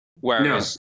Whereas